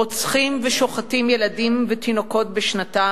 רוצחים ושוחטים ילדים ותינוקות בשנתם,